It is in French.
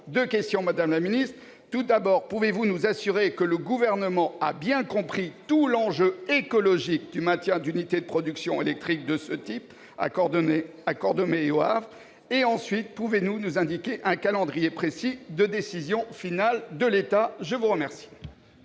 deux questions, madame la secrétaire d'État. Tout d'abord, pouvez-vous nous assurer que le Gouvernement a bien compris tout l'enjeu écologique du maintien d'unités de production électrique de ce type à Cordemais et au Havre ? Ensuite, pouvez-vous nous indiquer un calendrier précis de décision finale de l'État ? La parole